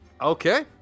Okay